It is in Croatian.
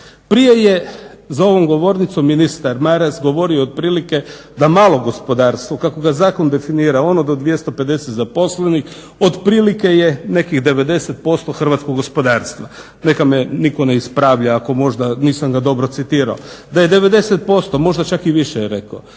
Prije je za ovom govornicom ministar Maras govorio otprilike da malo gospodarstvo kako ga zakon definira, ono do 250 zaposlenih otprilike je nekih 90% hrvatskog gospodarstva. Neka me nitko ne ispravlja ako možda nisam ga dobro citirao, da je 90%, možda čak i više je rekao,